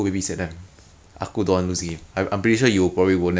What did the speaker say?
ya so I have to keep the guy in lane if I just focus on pushing then